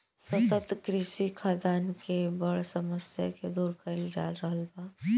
सतत कृषि खाद्यान के बड़ समस्या के दूर कइल जा रहल बा